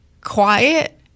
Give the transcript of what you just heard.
quiet